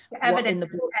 evidence